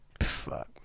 Fuck